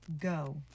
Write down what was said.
Go